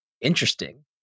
interesting